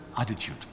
attitude